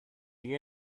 you